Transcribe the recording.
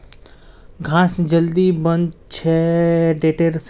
घास जल्दी बन छे टेडर से